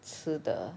吃的